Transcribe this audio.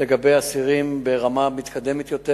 לגבי אסירים ברמה מתקדמת יותר,